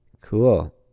Cool